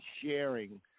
sharing